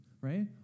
right